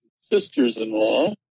sisters-in-law